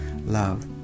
love